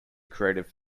creative